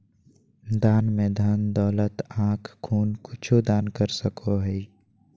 दान में धन दौलत आँख खून कुछु दान कर सको हइ